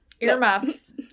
earmuffs